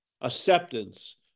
Acceptance